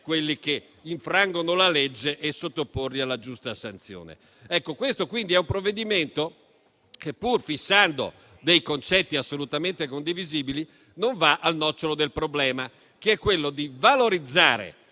quelli che infrangono la legge e sottoporli alla giusta sanzione. È quindi un provvedimento che pur fissando alcuni concetti assolutamente condivisibili, non va al nocciolo del problema, cioè valorizzare